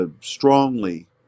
strongly